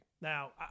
Now